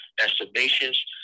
estimations